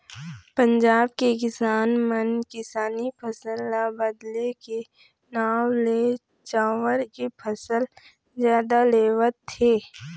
पंजाब के किसान मन किसानी फसल ल बदले के नांव ले चाँउर के फसल जादा लेवत हे